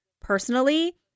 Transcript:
personally